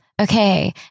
Okay